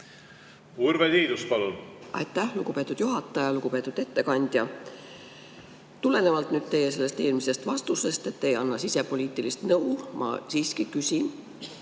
Urve Tiidus, palun! Aitäh, lugupeetud juhataja! Lugupeetud ettekandja! Tulenevalt teie eelmisest vastusest, et te ei anna sisepoliitilist nõu, ma siiski küsin,